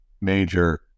major